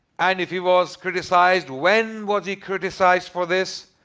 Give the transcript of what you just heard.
and if he was criticized, when was he criticized for this?